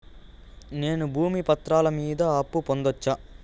నేను భూమి పత్రాల మీద అప్పు పొందొచ్చా?